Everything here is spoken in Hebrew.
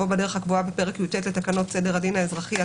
"בדרך הקבועה בפרק י"ט לתקנות סדר הדין האזרחי,